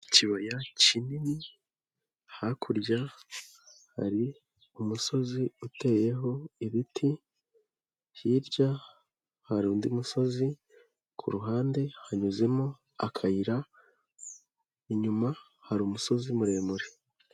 Ikibaya kinini, hakurya hari umusozi uteyeho ibiti, hirya hari undi musozi, ku ruhande hanyuzemo akayira, inyuma hari umusozi muremure.